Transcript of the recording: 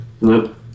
nope